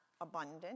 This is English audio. abundant